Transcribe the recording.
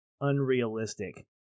unrealistic